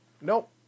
Nope